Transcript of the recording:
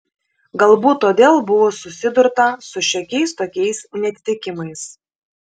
galbūt todėl buvo susidurta su šiokiais tokiais neatitikimais